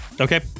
Okay